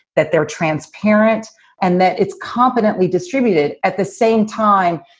that they're transparent and that it's competently distributed. at the same time,